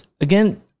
again